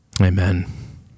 Amen